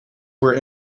were